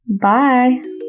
bye